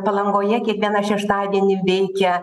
palangoje kiekvieną šeštadienį veikia